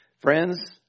Friends